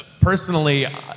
Personally